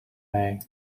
may